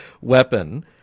weapon